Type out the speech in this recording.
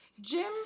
Jim